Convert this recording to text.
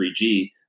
3G